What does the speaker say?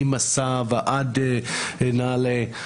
מ'מסע' ועד נעל"ה,